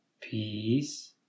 Peace